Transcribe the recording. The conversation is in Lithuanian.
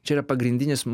čia yra pagrindinis